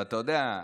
אתה יודע,